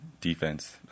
defense